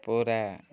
ପୁରା